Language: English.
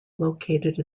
located